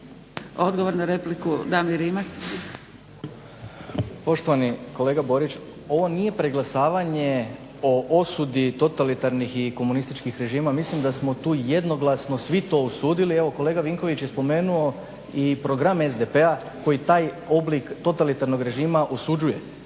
Rimac. **Rimac, Damir (SDP)** Poštovani kolega Borić ovo nije preglasavanje o osudi totalitarnih i komunističkih režima, mislim da smo tu jednoglasno svi to osudili. Evo kolega Vinković je spomenuo i program SDP-a koji taj oblik totalitarnog režima osuđuje.